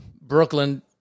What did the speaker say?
Brooklyn